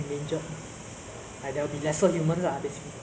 probably going to shower because uh